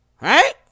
Right